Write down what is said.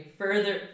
further